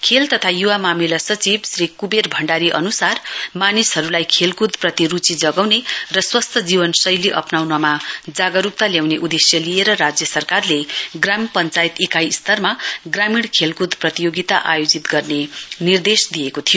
खेल तथा युवा मामिला सचिव श्री कुबेर भण्डारी अनुसार मानिसहरूलाई खेलकुदप्रति रूची जगाउने र स्वस्थ जीवनशैलीका निम्ति जागरूकता ल्याउने उद्देश्य लिएर राज्य सरकारले ग्राम पञ्चायत इकाई स्तरमा ग्रामीण खेलकुद प्रतियोगिता आयोजित गर्ने निर्देश दिएको थियो